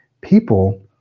people